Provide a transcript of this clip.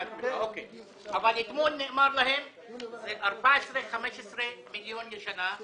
אתמול נאמר להם שזה 15-14 מיליון שקלים לשנה,